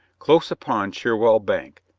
close upon cherwell bank,